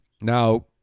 Now